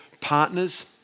partners